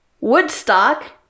Woodstock